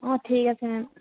অঁ ঠিক আছে মেম